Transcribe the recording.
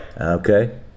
Okay